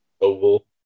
oval